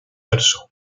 persone